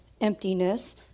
emptiness